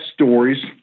stories